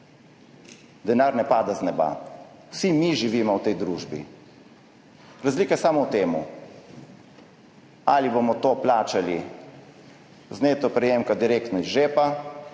denar ne pade z neba. Vsi mi živimo v tej družbi, razlika je samo v tem, ali bomo to plačali iz neto prejemka, direktno iz žepa,